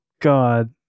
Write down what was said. God